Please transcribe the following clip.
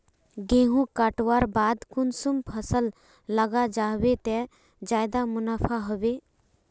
गेंहू कटवार बाद कुंसम फसल लगा जाहा बे ते ज्यादा मुनाफा होबे बे?